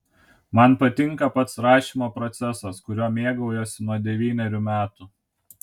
man patinka pats rašymo procesas kuriuo mėgaujuosi nuo devynerių metų